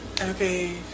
Okay